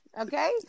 Okay